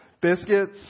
biscuits